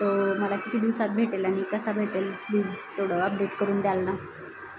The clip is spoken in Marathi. तो मला किती दिवसात भेटेल आणि कसा भेटेल प्लीज थोडं अपडेट करून द्याल ना